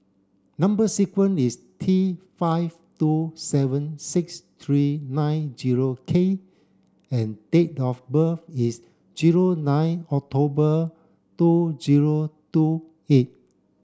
number sequence is T five two seven six three nine zero K and date of birth is zero nine October two zero two eight